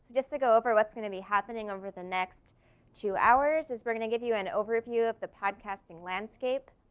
just to go over what's gonna be happening over the next two hours is we're gonna give you an overview of the podcasting landscape.